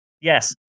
Yes